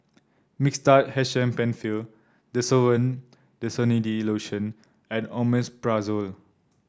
Mixtard H M Penfill Desowen Desonide Lotion and Omeprazole